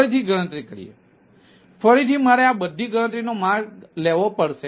ફરીથી ગણતરી કરીએ ફરીથી મારે આ બધી ગણતરીનો માર્ગ લેવો પડશે